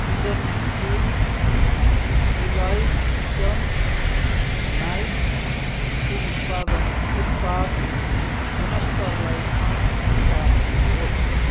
pigeon steel elite kitchen नाइफको उत्पादन उत्पाद गुणस्तरलाई पाँच स्टार दिनुहोस्